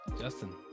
Justin